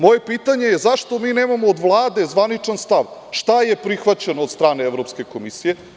Moje pitanje je zašto nemamo od Vlade zvaničan stav šta je prihvaćeno od strane Evropske komisije?